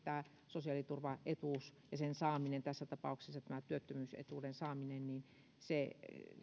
sosiaaliturvaetuutta ja sen saamista tässä tapauksessa tämän työttömyysetuuden